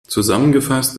zusammengefasst